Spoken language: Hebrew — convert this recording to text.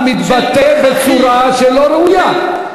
אבל גם אתה מתבטא בצורה שלא ראויה.